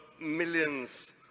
millions